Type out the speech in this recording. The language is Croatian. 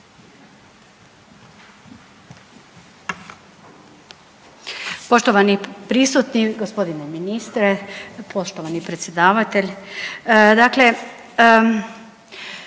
Poštovani prisutni g. ministre, poštovani predsjedavatelj.